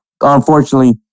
unfortunately